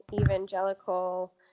evangelical